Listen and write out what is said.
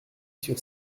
sur